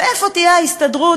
ואיפה תהיה ההסתדרות,